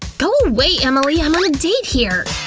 go away emily, i'm on a date here!